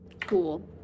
Cool